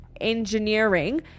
Engineering